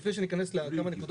לפני שאכנס להערות